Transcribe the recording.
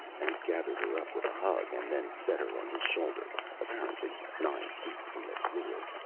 and he gathered her up with a hug, and then set her on his shoulder apparently nine feet from the floor.